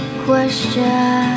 question